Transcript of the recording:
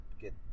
get